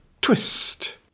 twist